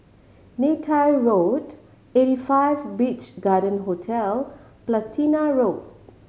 Neythai Road Eighty Five Beach Garden Hotel Platina Road